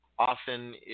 often